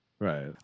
Right